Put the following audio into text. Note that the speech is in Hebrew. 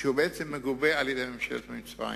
שבעצם מגובה על-ידי ממשלת מצרים.